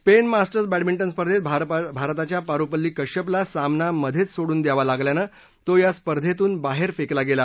Spain मास्की बँडमिंके स्पर्धेत भारताच्या परुपल्ली कश्यपला सामना मधेच सोडून द्यावा लागल्यानं तो या स्पर्धेतून बाहेर फेकला गेला